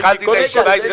התחלתי את הישיבה עם זה